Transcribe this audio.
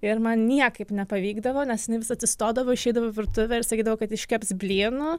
ir man niekaip nepavykdavo nes jinai vis atsistodavo išeidavo į virtuvę ir sakydavo kad iškeps blynų